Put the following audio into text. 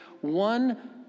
one